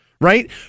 Right